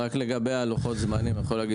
לגבי לוחות הזמנים אני יכול לומר